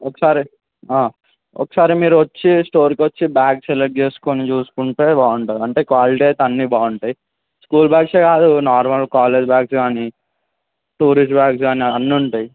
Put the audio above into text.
ఒకసారి ఒకసారి మీరు వచ్చి స్టోర్కి వచ్చి బ్యాగ్ సెలెక్ట్ చేసుకొని చూసుకుంటే బాగుంటుంది అంటే క్వాలిటీ అయితే అన్ని బాగుంటాయి స్కూల్ బ్యాగ్సే కాదు నార్మల్ కాలేజ్ బ్యాగ్స్ కానీ టూరిస్ట్ బ్యాగ్స్ కానీ అన్నీ ఉంటాయి